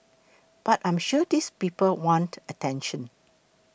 but I'm sure these people want attention